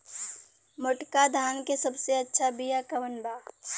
मोटका धान के सबसे अच्छा बिया कवन बा?